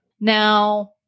Now